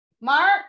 Mark